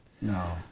No